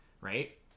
right